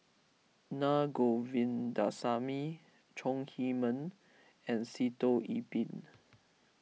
Na Govindasamy Chong Heman and Sitoh Yih Pin